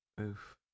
Oof